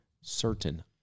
certain